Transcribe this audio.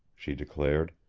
she declared.